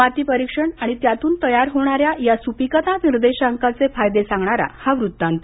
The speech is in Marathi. माती परिक्षण आणि त्यातून तयार होणाऱ्या या सुपिकता निर्देशांकाचे फायदे सांगणारा हा वृत्तांत